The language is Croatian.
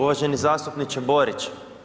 Uvaženi zastupniče Borić.